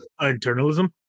Internalism